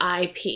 ip